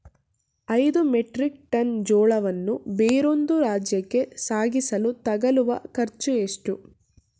ಐದು metric ton ಜೋಳವನ್ನು ಬೇರೊಂದು ರಾಜ್ಯಕ್ಕೆ ಸಾಗಿಸಲು ತಗಲುವ ಖರ್ಚು ಎಷ್ಟು?